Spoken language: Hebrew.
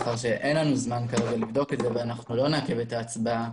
כיוון שאין לנו זמן כרגע לבדוק את זה ואנחנו לא נעכב את ההצבעה,